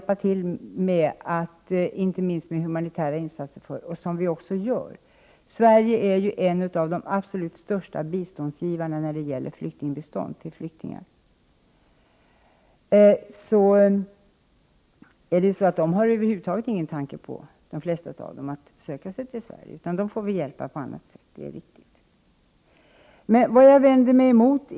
Dem skall vi hjälpa inte minst med humanitära insatser, vilket vi också gör. Sverige är en av de absolut största biståndsgivarna när det gäller bistånd till flyktingar. Dem får vi hjälpa på annat sätt, det är riktigt.